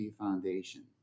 Foundation